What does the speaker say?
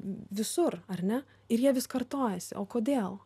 visur ar ne ir jie vis kartojasi o kodėl